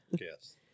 Yes